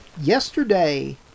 Yesterday